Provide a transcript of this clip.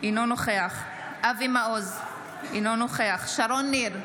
אינו נוכח אבי מעוז, אינו נוכח שרון ניר,